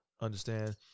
understand